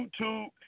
YouTube